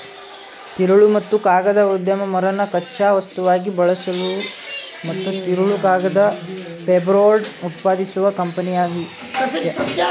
ತಿರುಳು ಮತ್ತು ಕಾಗದ ಉದ್ಯಮ ಮರನ ಕಚ್ಚಾ ವಸ್ತುವಾಗಿ ಬಳಸುವ ಮತ್ತು ತಿರುಳು ಕಾಗದ ಪೇಪರ್ಬೋರ್ಡ್ ಉತ್ಪಾದಿಸುವ ಕಂಪನಿಯಾಗಯ್ತೆ